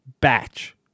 batch